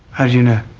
how do you know?